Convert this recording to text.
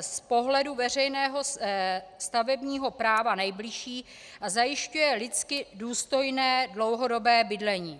z pohledu veřejného stavebního práva nejbližší a zajišťuje lidsky důstojné dlouhodobé bydlení.